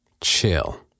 Chill